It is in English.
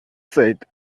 said